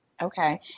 Okay